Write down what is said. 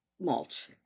mulch